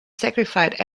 sacrificed